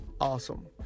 awesome